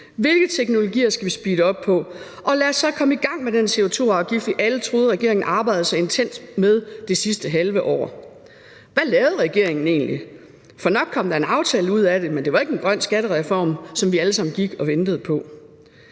Hvilke teknologier skal vi speede op på? Og lad os så komme i gang med den CO2-afgift, vi alle troede regeringen arbejdede så intenst med det sidste halve år. Hvad lavede regeringen egentlig? For nok kom der en aftale ud af det, men det var ikke en grøn skattereform, som vi alle sammen gik og ventede på.